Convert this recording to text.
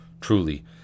Truly